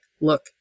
look